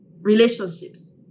relationships